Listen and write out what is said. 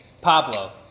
Pablo